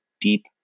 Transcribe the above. deep